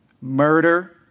murder